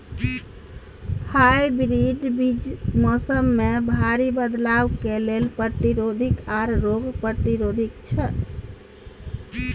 hybrid बीज मौसम में भारी बदलाव के लेल प्रतिरोधी आर रोग प्रतिरोधी छै